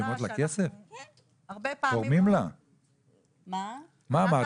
הרבה פעמים --- מה אמרת,